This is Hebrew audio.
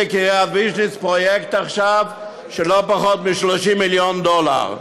בקריית-ויז'ניץ פרויקט של לא פחות מ-30 מיליון דולר.